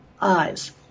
eyes